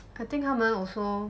I think 他们 also